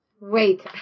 Wait